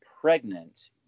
pregnant